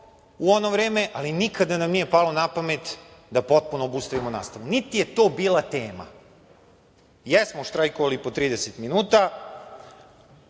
u ono vreme, ali nikada nam nije palo na pamet da potpuno obustavimo nastavu, niti je to bila tema, jesmo štrajkovali po 30 minuta.30/1